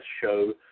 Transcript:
Show